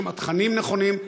יש שם תכנים נכונים,